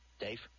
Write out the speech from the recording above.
Dave